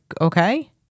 okay